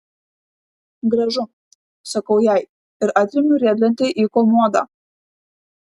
gražu sakau jai ir atremiu riedlentę į komodą